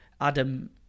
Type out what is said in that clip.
Adam